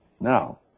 Now